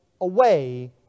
away